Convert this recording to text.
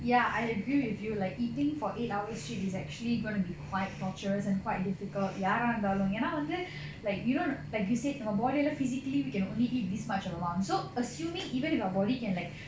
ya I agree with you like eating for eight hours straight is actually going to be quite torturous and quite difficult ya யாரா இருந்தாலும் என்னா வந்த:yaara irundhalum ennaa vandhu like you know like you said your body you know physically we can only eat this much of amount so assuming even if our body can like